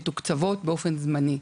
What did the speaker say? שמתוקצבות באופן זמני.